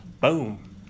Boom